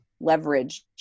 leverage